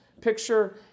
Picture